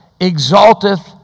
exalteth